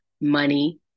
money